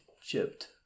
Chipped